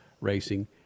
Racing